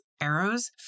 arrows